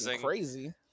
crazy